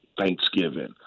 Thanksgiving